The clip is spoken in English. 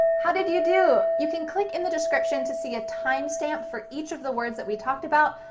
how did you do? you can click in the description to see a time stamp for each of the words that we talked about.